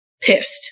pissed